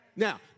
Now